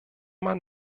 man